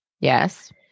Yes